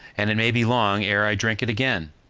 and it maybe long ere i drink it again.